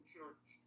Church